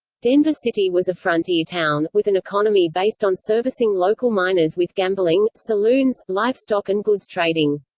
denver city was a frontier town, with an economy based on servicing local miners with gambling, saloons, livestock and goods trading.